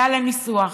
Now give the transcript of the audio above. ועל הניסוח,